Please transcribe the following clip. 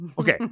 okay